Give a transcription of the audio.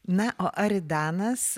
na o aridanas